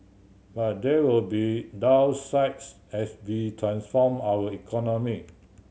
but there will be downsides as we transform our economy